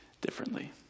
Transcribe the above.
differently